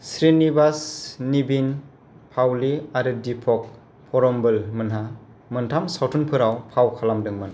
श्रीनिवासन निविन पावली आरो दीपक परम्बोल मोनहा मोन्थाम सावथुनफोराव फाव खालामदोंमोन